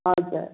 हजुर